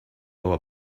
lower